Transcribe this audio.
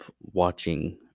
watching